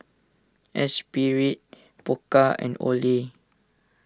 Espirit Pokka and Olay